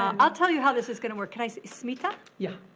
um i'll tell you how this is gonna work. can i, smita? yeah.